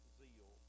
zeal